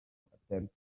attempting